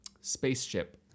Spaceship